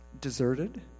deserted